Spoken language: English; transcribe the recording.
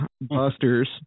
busters